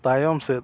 ᱛᱟᱭᱚᱢ ᱥᱮᱫ